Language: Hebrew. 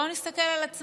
היום אנשים